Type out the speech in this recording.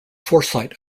foresight